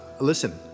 Listen